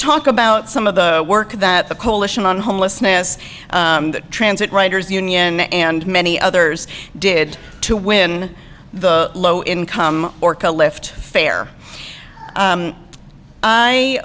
talk about some of the work that the coalition on homelessness that transit writers union and many others did to win the low income orca lift fair